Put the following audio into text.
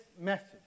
message